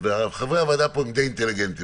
חברי הוועדה פה הם די אינטליגנטיים.